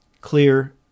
clear